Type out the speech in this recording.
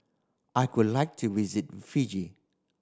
I would like to visit Fiji